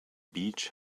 beach